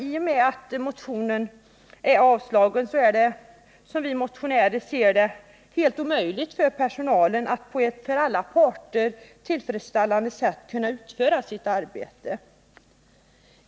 I och med att motionen är avstyrkt är det, som vi motionärer ser det, omöjligt för personalen att utföra sitt arbete på ett för alla parter tillfredsställande sätt.